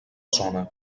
zona